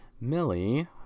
Millie